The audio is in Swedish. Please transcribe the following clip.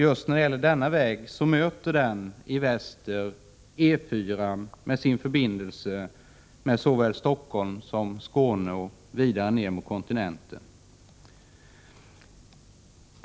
Just denna väg möter i väster E 4-an, med sin förbindelse med såväl Stockholm som Skåne och ned mot kontinenten.